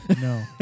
No